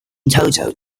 total